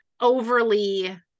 overly